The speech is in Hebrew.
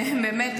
באמת,